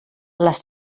les